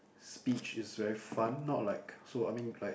speech is very fun not like so I mean like